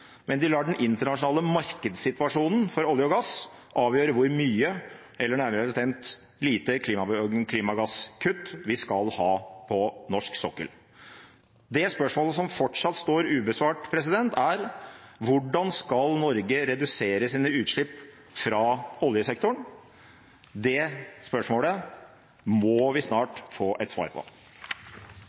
men de lar den internasjonale markedssituasjonen for olje og gass avgjøre hvor mye – eller nærmere bestemt hvor lite – klimagasskutt vi skal ha på norsk sokkel. Det spørsmålet som fortsatt står ubesvart, er: Hvordan skal Norge redusere sine utslipp fra oljesektoren? Det spørsmålet må vi snart få et svar på.